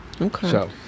Okay